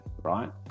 right